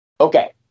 Okay